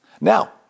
Now